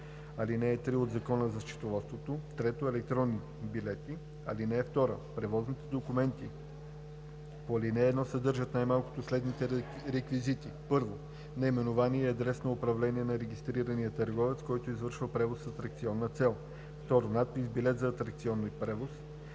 ал. 3 от Закона за счетоводството. 3. електронни билети. (2) Превозните документи по ал. 1 съдържат най малко следните реквизити: 1. наименование и адрес на управление на регистрирания търговец, който извършва превоз с атракционна цел; 2. надпис „Билет за атракционен превоз“;